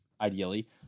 ideally